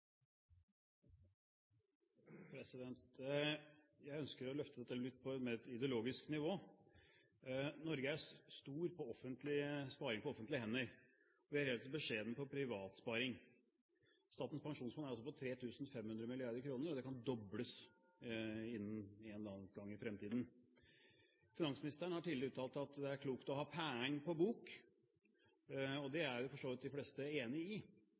stor på sparing på offentlige hender, vi er relativt beskjedne på privatsparing. Statens pensjonsfond er altså på 3 500 mrd. kr, og det kan dobles innen en eller annen gang i fremtiden. Finansministeren har tidligere uttalt at det klokt å ha «pæeng på bok», og det er for så vidt de fleste enig i.